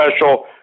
special